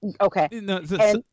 okay